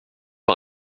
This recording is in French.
par